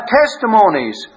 testimonies